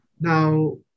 Now